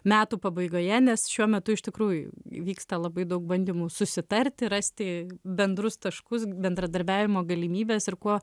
metų pabaigoje nes šiuo metu iš tikrųjų vyksta labai daug bandymų susitarti rasti bendrus taškus bendradarbiavimo galimybes ir kuo